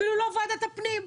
אפילו לא ועדת הפנים.